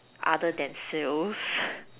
other than sales